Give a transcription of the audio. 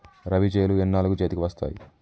రబీ చేలు ఎన్నాళ్ళకు చేతికి వస్తాయి?